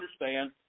understand